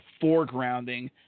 foregrounding